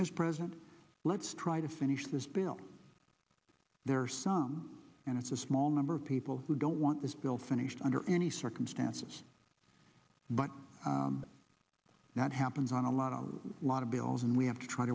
mr president let's try to finish this bill there are some and it's a small number of people who don't want this bill finished under any circumstances but now it happens on a lot a lot of bills and we have to try